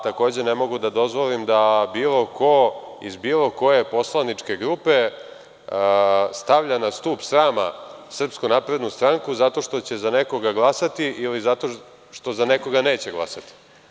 Takođe, ne mogu da dozvolim da bilo ko iz bilo koje poslaničke grupe stavlja na stub srama SNS zato što će za nekoga glasati, ili zato što za nekoga neće glasati.